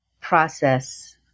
process